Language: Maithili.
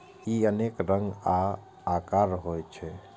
ई अनेक रंग आ आकारक होइ छै